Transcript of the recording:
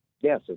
Yes